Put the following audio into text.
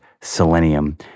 selenium